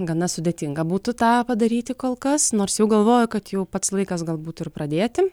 gana sudėtinga būtų tą padaryti kol kas nors jau galvoju kad jau pats laikas galbūt ir pradėti